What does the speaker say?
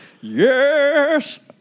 Yes